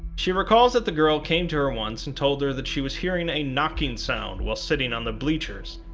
she recalls that the girl came to her once and told her that she was hearing a knocking sound while sitting on the bleachers.